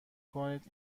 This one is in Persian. کنید